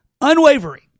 Unwavering